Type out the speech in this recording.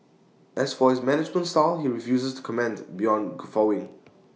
as for his management style he refuses to comment beyond guffawing